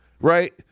Right